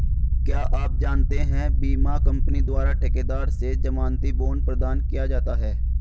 क्या आप जानते है बीमा कंपनी द्वारा ठेकेदार से ज़मानती बॉण्ड प्रदान किया जाता है?